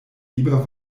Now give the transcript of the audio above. lieber